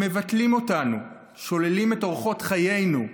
הם מבטלים אותנו, שוללים את אורחות חיינו.